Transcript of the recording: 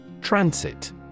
Transit